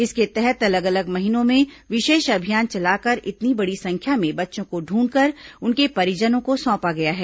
इसके तहत अलग अलग महीनों में विशेष अभियान चलाकर इतनी बड़ी संख्या में बच्चों को ढूंढकर उनके परिजनों को सौंपा गया है